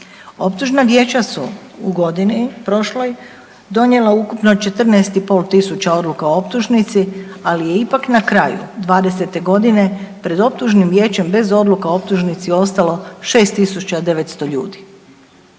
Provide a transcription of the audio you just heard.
Optužna vijeća su u godini prošloj donijela ukupno 14.500 odluka o optužnici, ali je ipak na kraju '20. godine pred optužnim vijećem bez odluka o optužnici ostalo 6.900 ljudi.